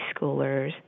schoolers